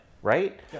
right